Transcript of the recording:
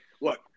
look